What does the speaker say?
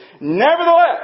Nevertheless